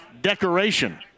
decoration